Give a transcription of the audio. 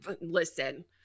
listen